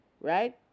right